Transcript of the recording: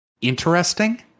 interesting